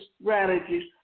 strategies